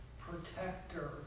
protector